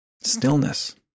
stillness